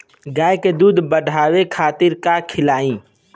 गाय के दूध बढ़ावे खातिर का खियायिं?